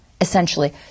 Essentially